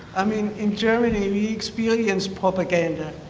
i mean in germany we experienced propaganda,